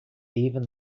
even